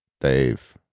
Dave